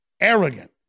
arrogant